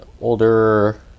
older